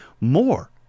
more